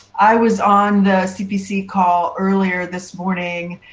i was on a cpc call earlier this morning,